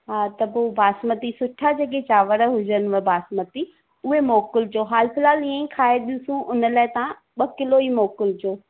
हा त पोइ बासमती सुठा जेके चांवरु हुजनिव बासमती उहे मोकिलिजो हालु फ़िलहालु हीअंई खाए ॾिसूं हुन लाइ तव्हां ॿ किलो ई मोकिलिजो